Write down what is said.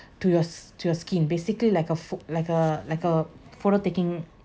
to your s~ to your skin basically like a pho~ like a like a photo taking